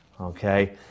Okay